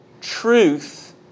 truth